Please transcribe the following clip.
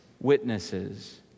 witnesses